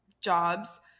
jobs